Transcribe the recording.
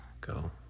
go